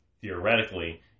theoretically